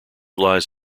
lies